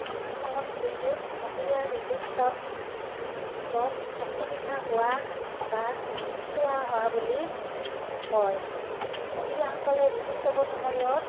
আমাৰ সংস্কৃতিত মহিলাৰ ঋতুস্ৰাৱক অসুবিধা হোৱা বা চুৱা হোৱা বুলি কয় মহিলাসকলে ঋতুস্ৰাৱৰ সময়ত